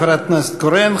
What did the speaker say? תודה לחברת הכנסת קורן.